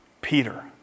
Peter